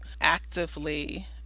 actively